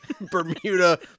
Bermuda